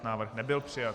Návrh nebyl přijat.